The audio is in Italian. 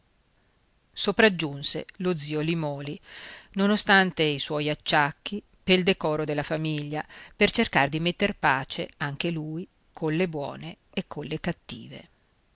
sopraggiunse lo zio limòli nonostante i suoi acciacchi pel decoro della famiglia per cercare di metter pace anche lui colle buone e colle cattive